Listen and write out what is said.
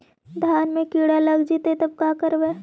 धान मे किड़ा लग जितै तब का करबइ?